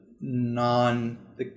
non